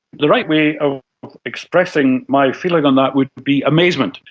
the right way of expressing my feeling on that would be amazement.